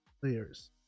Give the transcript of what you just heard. players